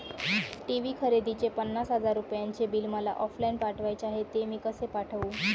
TV खरेदीचे पन्नास हजार रुपयांचे बिल मला ऑफलाईन पाठवायचे आहे, ते मी कसे पाठवू?